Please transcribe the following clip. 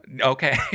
Okay